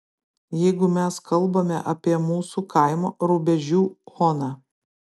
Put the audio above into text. jeigu mes kalbame apie mūsų kaimo rubežių oną